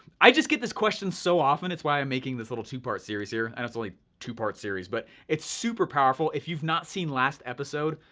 i just get this question so often it's why i'm making this little two part series here, and it's only two part series, but it's super powerful. if you've not seen last episode,